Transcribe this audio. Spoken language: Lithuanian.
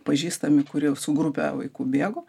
pažįstami kurie su grupe vaikų bėgo